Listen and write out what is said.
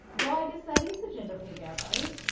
well, i guess that is the gender pay gap, right?